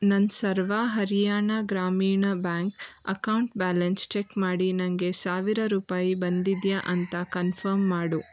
ನನ್ನ Sarva Haryana Gramin bank account balance check ಮಾಡಿ ನನಗೆ ಸಾವಿರ ರೂಪಾಯಿ ಬಂದಿದೆಯಾ ಅಂತ ಕನ್ಫಮ್ ಮಾಡು